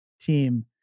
team